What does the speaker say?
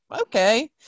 okay